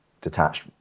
detached